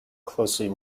closely